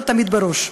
להיות תמיד בראש.